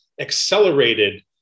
accelerated